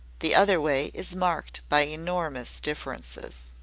the other way is marked by enormous differences.